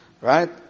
right